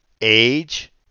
age